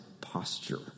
posture